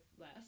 less